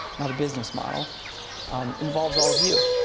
now, the business model um involves all of you.